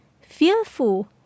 fearful